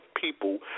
people